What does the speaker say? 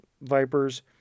vipers